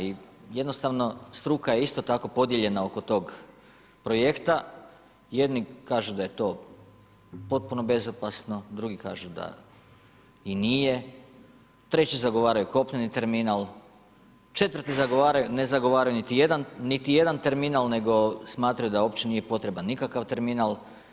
I jednostavno, struka je isto tako podijeljena oko tog projekta, jedni kažu da je to potpuno bezopasno, drugi kažu da i nije, treći zagovaraju kopneni terminal, četvrti ne zagovaraju niti jedan terminal, nego smatraju da uopće nije potreban nikakav terminal.